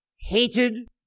hated